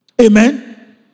Amen